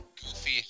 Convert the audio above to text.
goofy